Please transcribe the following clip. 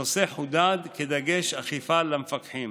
הנושא חודד כדגש אכיפה למפקחים.